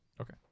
Okay